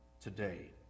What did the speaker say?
today